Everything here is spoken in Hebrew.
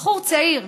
בחור צעיר,